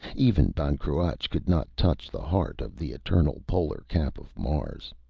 even ban cruach could not touch the heart of the eternal polar cap of mars!